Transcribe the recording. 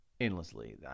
endlessly